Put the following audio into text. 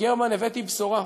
גרמן, הבאתי בשורה.